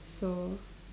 so